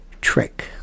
trick